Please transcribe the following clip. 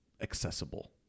accessible